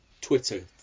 Twitter